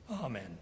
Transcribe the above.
Amen